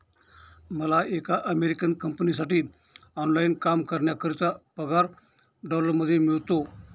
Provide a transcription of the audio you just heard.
मला एका अमेरिकन कंपनीसाठी ऑनलाइन काम करण्याकरिता पगार डॉलर मध्ये मिळतो